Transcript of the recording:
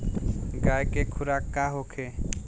गाय के खुराक का होखे?